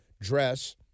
dress